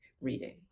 reading